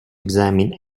examine